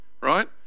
Right